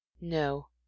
No